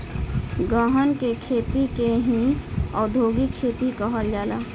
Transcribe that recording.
गहन के खेती के ही औधोगिक खेती कहल जाला